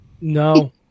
No